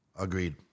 Agreed